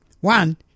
One